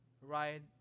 right